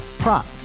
prop